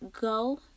Go